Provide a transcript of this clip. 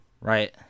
Right